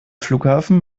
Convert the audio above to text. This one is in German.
flughafen